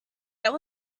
there